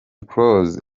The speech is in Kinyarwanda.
close